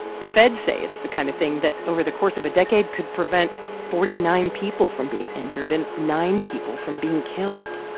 the feds say it's the kind of thing that over the course of a decade could prevent forty nine people from being injured and nine people from being killed